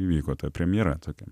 įvyko ta premjera tokia